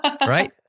Right